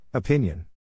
Opinion